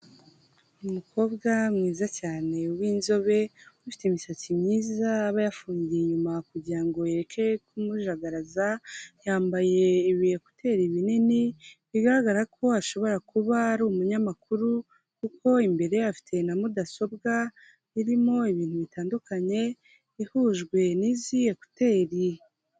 Umukobwa mwiza cyane w'inzobe, ufite imisatsi myiza aba yafungiye inyuma kugira ngo ireke kumujagaza, yambaye ibiyekuteri binini, bigaragara ko ashobora kuba ari umunyamakuru kuko imbere afite na mudasobwa irimo ibintu bitandukanye ihujwe n'izi ekuteri.